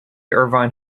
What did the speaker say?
irvine